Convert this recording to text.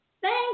thank